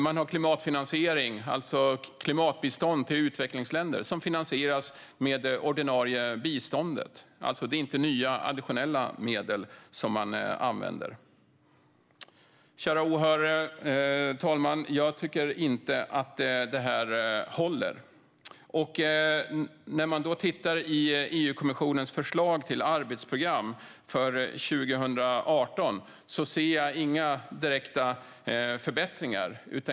Man har klimatbistånd till utvecklingsländer som finansieras med det ordinarie biståndet. Det är alltså inte nya, additionella medel som man använder. Kära åhörare och talman! Jag tycker inte att detta håller. När jag tittar i EU-kommissionens förslag till arbetsprogram för 2018 ser jag inga direkta förbättringar.